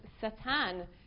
Satan